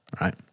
right